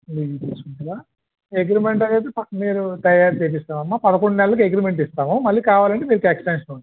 rent తీస్కుంటావా agreement అనేది మీరు తయారుచేసి ఇస్తాము అమ్మ పదకొండు నెల్లకి అగ్రిమెంట్ ఇస్తాము మళ్ళీ కావాలి అంటే మీకు ఎక్స్టెన్షన్ ఉంటుంది